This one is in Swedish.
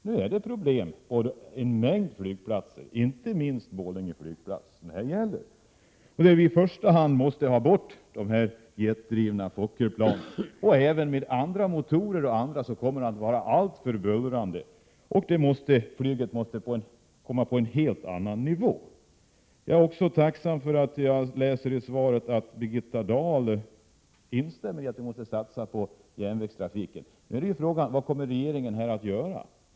Nu är det problem på en mängd flygplatser, inte minst på Borlänge flygplats, som debatten nu gäller. Vi måste i första hand få bort de jetdrivna Fokkerplanen och även andra flygplan med motorer som är alltför bullrande. Flyget måste alltså komma ner till en helt annan bullernivå. Jag är också tacksam över att jag i svaret kan läsa att Birgitta Dahl instämmer i att vi måste satsa på järnvägstrafiken. Då är frågan: Vad kommer regeringen att göra?